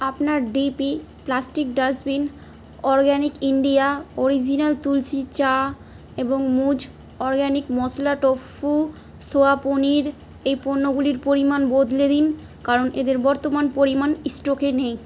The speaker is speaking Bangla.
আপনার DP plastic dustbin organic India original তুলসির চা এবং মুজ অরগ্যানিক মশলা টোফু সোয়া পনির এই পণ্যগুলির পরিমাণ বদলে দিন কারণ এদের বর্তমান পরিমাণ স্টকে নেই